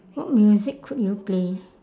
what music could you play